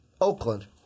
Oakland